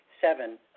Seven